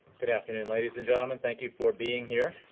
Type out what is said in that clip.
good afternoon, ladies and gentlemen. thank you for being here.